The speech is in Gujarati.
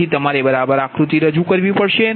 તેથી તમારે બરાબર આકૃતિ રજૂ કરવી પડશે